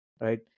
right